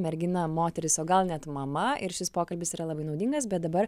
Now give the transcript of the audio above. mergina moteris o gal net mama ir šis pokalbis yra labai naudingas bet dabar